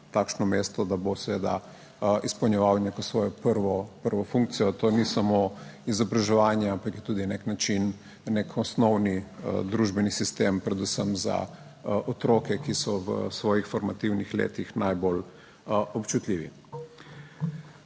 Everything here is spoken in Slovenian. takšno mesto, da bo seveda izpolnjeval neko svojo prvo funkcijo. To ni samo izobraževanje, ampak je tudi na nek način, nek osnovni družbeni sistem, predvsem za otroke, ki so v svojih formativnih letih najbolj občutljivi.